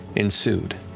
ensued,